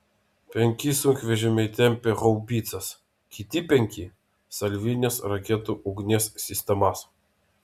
penki sunkvežimiai tempė haubicas kiti penki salvinės raketų ugnies sistemas